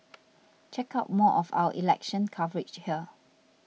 check out more of our election coverage here